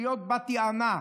להיות בת יענה,